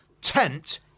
tent